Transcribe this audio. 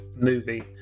Movie